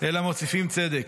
אלא מוסיפים צדק,